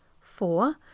four